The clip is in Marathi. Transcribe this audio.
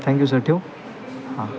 थँक्यू सर् ठेवू हां